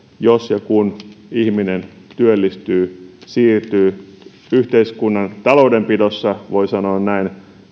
jos ja kun ihminen työllistyy ja siirtyy yhteiskunnan taloudenpidossa voi sanoa näin